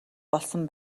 болсон